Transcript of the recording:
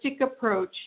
approach